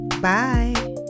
Bye